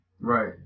Right